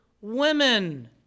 women